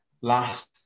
last